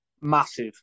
Massive